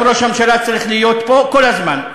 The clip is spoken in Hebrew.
גם ראש הממשלה צריך להיות פה כל הזמן,